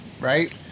right